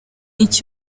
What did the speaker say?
iki